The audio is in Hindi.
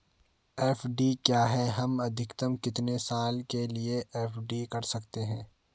एफ.डी क्या है हम अधिकतम कितने साल के लिए एफ.डी कर सकते हैं?